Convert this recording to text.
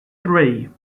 three